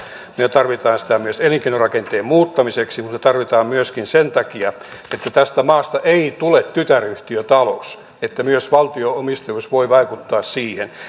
me tarvitsemme sitä myös elinkeinorakenteen muuttamiseksi mutta me tarvitsemme sitä myöskin sen takia että tästä maasta ei tule tytäryhtiötalous että myös valtio omistajuus voi vaikuttaa siihen